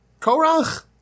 Korach